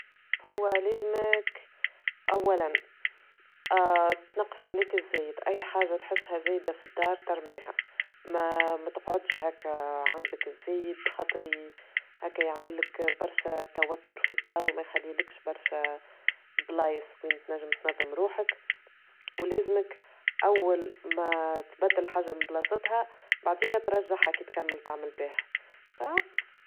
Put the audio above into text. هو لازمك أولا تنقص عليك الزايد أي حاجة تحسها زايدة في الدار ترميها ما ماتقعدش هاكا عندك الزايد خاطري هاكا يعمل لك برشا توتر في الدار وما يخلي لكش برشا بلايص وانت نجم تنظم روحك ولازمك أول ما تبدل الحاجة من بلاصتها، بعديكا ترجعها كي تكمل تعمل بيها كهو.